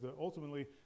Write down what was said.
ultimately